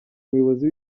umuyobozi